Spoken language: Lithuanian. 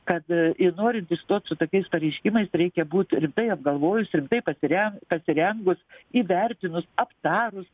kad ir norint įstot su tokiais pareiškimais reikia būt rimtai apgalvojus rimtai pasiren pasirengus įvertinus aptarus